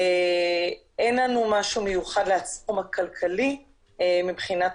אין לנו משהו מיוחד בתחום הכלכלי מבחינת